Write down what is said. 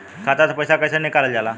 खाता से पैसा कइसे निकालल जाला?